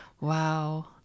Wow